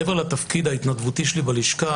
מעבר לתפקידי ההתנדבותי בלשכה,